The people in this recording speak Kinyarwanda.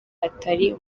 atari